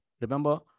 Remember